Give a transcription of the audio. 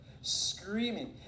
screaming